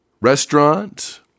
restaurant